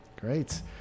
Great